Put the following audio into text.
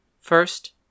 First